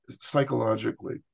psychologically